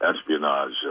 espionage